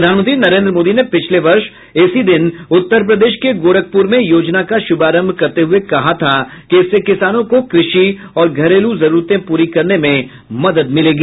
प्रधानमंत्री नरेन्द्र मोदी ने पिछले वर्ष इसी दिन उत्तर प्रदेश के गोरखपुर में योजना का शुभारंभ करते हुए कहा था कि इससे किसानों को कृषि और घरेलू जरूरतें पूरी करने में मदद मिलेगी